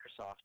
Microsoft